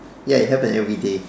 ya it happens everyday